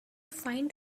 find